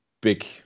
Big